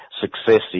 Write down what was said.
successive